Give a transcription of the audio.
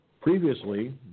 Previously